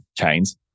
chains